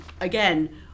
again